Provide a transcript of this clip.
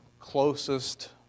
closest